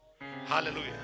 Hallelujah